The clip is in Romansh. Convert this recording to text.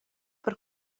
per